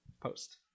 Post